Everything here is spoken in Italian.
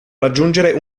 raggiungere